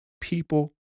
people